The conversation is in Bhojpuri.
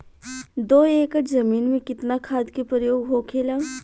दो एकड़ जमीन में कितना खाद के प्रयोग होखेला?